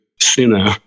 sinner